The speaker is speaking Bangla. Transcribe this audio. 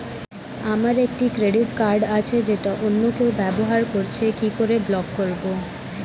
আমার একটি ক্রেডিট কার্ড আছে যেটা অন্য কেউ ব্যবহার করছে কি করে ব্লক করবো?